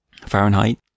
Fahrenheit